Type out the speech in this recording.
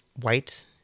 White